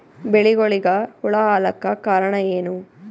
ಬೆಳಿಗೊಳಿಗ ಹುಳ ಆಲಕ್ಕ ಕಾರಣಯೇನು?